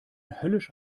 höllisch